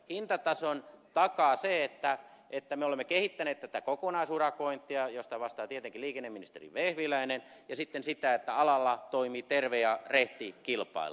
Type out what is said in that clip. hintatason takaa se että me olemme kehittäneet tätä kokonaisurakointia josta vastaa tietenkin liikenneministeri vehviläinen ja sitten se että alalla toimii terve ja rehti kilpailu